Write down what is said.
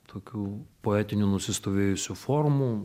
tokių poetinių nusistovėjusių formų